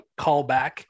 callback